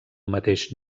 mateix